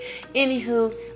Anywho